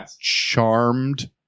charmed